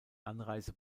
anreise